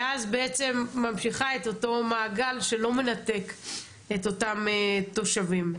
ואז בעצם ממשיכה את אותו מעגל שלא מנתק את אותם תושבים.